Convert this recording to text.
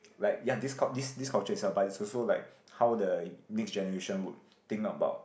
like ya this cul~ this this culture itself but it's also like how the next generation would think about